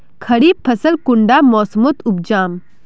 खरीफ फसल कुंडा मोसमोत उपजाम?